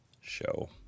show